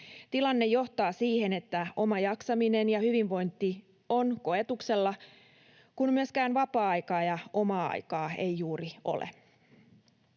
Tilanne johtaa siihen, että oma jaksaminen ja hyvinvointi on koetuksella, kun myöskään vapaa-aikaa ja omaa aikaa ei juuri ole.